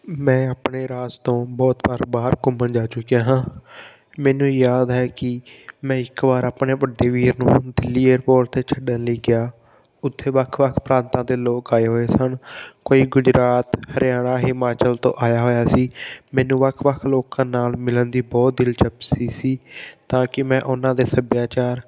ਮੈਂ ਆਪਣੇ ਰਾਜ ਤੋਂ ਬਹੁਤ ਵਾਰ ਬਾਹਰ ਘੁੰਮਣ ਜਾ ਚੁੱਕਿਆ ਹਾਂ ਮੈਨੂੰ ਯਾਦ ਹੈ ਕਿ ਮੈਂ ਇੱਕ ਵਾਰ ਆਪਣੇ ਵੱਡੇ ਵੀਰ ਨੂੰ ਦਿੱਲੀ ਏਅਰਪੋਰਟ 'ਤੇ ਛੱਡਣ ਲਈ ਗਿਆ ਉੱਥੇ ਵੱਖ ਵੱਖ ਪ੍ਰਾਂਤਾਂ ਦੇ ਲੋਕ ਆਏ ਹੋਏ ਸਨ ਕੋਈ ਗੁਜਰਾਤ ਹਰਿਆਣਾ ਹਿਮਾਚਲ ਤੋਂ ਆਇਆ ਹੋਇਆ ਸੀ ਮੈਨੂੰ ਵੱਖ ਵੱਖ ਲੋਕਾਂ ਨਾਲ ਮਿਲਣ ਦੀ ਬਹੁਤ ਦਿਲਚਸਪਸੀ ਸੀ ਤਾਂ ਕਿ ਮੈਂ ਉਹਨਾਂ ਦੇ ਸੱਭਿਆਚਾਰ